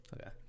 Okay